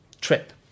trip